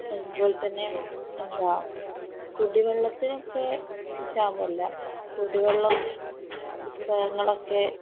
അതുപോലെ തന്നെ എന്താണ് കുടിവെള്ളത്തിനൊക്കെ ക്ഷാമമില്ല കുടിവെള്ളം പുസ്തകങ്ങളൊക്കെ